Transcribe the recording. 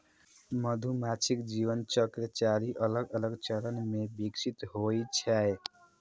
मधुमाछीक जीवन चक्र चारि अलग अलग चरण मे विकसित होइ छै